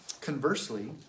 conversely